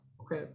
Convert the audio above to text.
okay